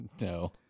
No